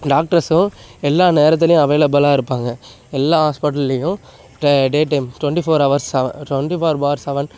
டாக்டர்ஸும் எல்லா நேரத்துலையும் அவைலபிளாக இருப்பாங்க எல்லா ஹாஸ்பிட்டல்லையும் ட day time twenty four hours சவெ ட்வெண்ட்டி ஃபோர் பார் செவன்